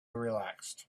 relaxed